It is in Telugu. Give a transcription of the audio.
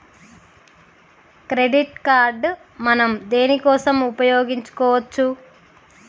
క్రెడిట్ కార్డ్ మనం దేనికోసం ఉపయోగించుకోవచ్చు?